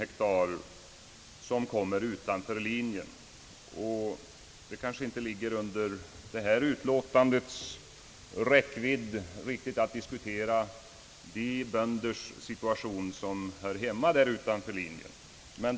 Det kanske emellertid inte ligger under detta utlåtandes räckvidd att diskutera situationen för de bönder som hör hemma utanför linjen.